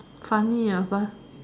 funny ah fun